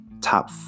top